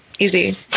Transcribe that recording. Easy